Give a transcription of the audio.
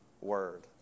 word